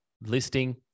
listing